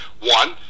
One